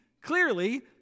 clearly